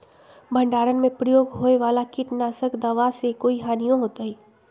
भंडारण में प्रयोग होए वाला किट नाशक दवा से कोई हानियों होतै?